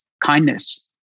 kindness